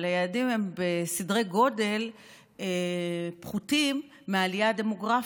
אבל היעדים הם בסדרי גודל פחותים מהעלייה הדמוגרפית.